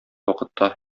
вакытта